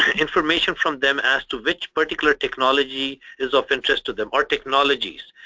information from them as to which particular technology is of interest to them, or technologies.